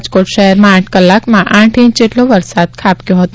રાજકોટ શહેરમાં આઠ કલાકમાં આઠ ઇંચ જેટલો વરસાદ ખાબક્યો હતો